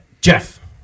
Jeff